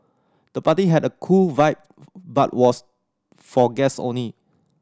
the party had a cool vibe but was for guest only